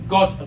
God